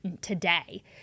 today